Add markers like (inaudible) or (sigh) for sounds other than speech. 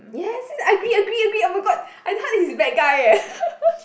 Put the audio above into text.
yes agree agree agree oh my god I thought he's bad guy eh (laughs)